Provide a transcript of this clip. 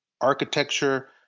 architecture